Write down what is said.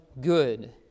good